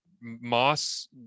Moss